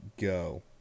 go